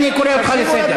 אני אוסיף לו,